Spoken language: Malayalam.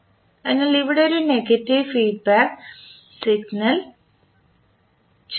അതിനാൽ ഇവിടെ ഒരു നെഗറ്റീവ് ഫീഡ്ബാക്ക് സിഗ്നലായി ചേർത്തു